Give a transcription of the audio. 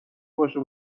باشه